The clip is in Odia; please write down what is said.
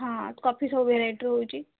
ହଁ କଫି ସବୁ ଭେରାଇଟିର ହେଉଛି